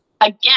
again